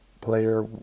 player